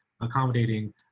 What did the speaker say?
accommodating